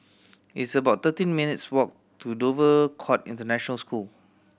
it's about thirteen minutes' walk to Dover Court International School